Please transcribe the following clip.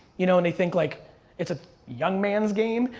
you know, and they think like it's a young man's game.